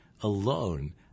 alone